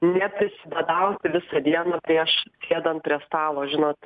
neprisibadauti visą dieną prieš sėdant prie stalo žinot